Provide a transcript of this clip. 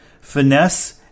finesse